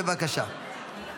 בבקשה,